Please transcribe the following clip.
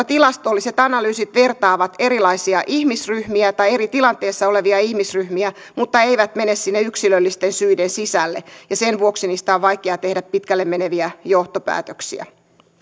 tilastolliset analyysit vertaavat erilaisia ihmisryhmiä tai eri tilanteessa olevia ihmisryhmiä mutta eivät mene sinne yksilöllisten syiden sisälle ja sen vuoksi niistä on vaikea tehdä pitkälle meneviä johtopäätöksiä